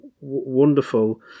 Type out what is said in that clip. wonderful